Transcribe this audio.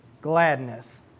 gladness